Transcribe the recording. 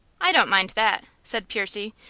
i don't mind that, said percy,